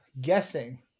guessing